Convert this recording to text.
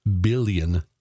billion